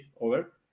over